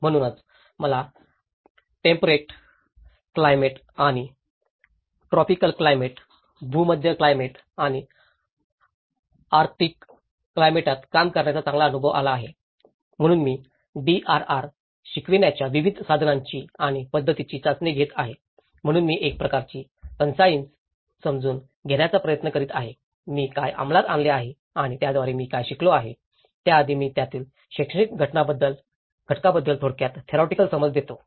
म्हणूनच मला temperate climate आणि ट्रॉपिकल क्लायमेट भूमध्य क्लायमेट आणि आर्कटिक क्लायमेटात काम करण्याचा चांगला अनुभव आला आहे म्हणून मी DRR शिकवण्याच्या विविध साधनांची आणि पद्धतींची चाचणी घेत आहे म्हणून मी एक प्रकारची कन्साईस समजून घेण्याचा प्रयत्न करीत आहे मी काय अंमलात आणले आहे आणि त्याद्वारे मी काय शिकलो आहे त्याआधी मी त्यातील शैक्षणिक घटकाबद्दल थोडक्यात थेरिओटिकल समज देतो